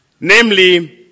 Namely